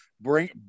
bring